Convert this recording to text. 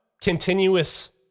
Continuous